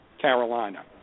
Carolina